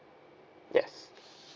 yes